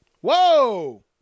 Whoa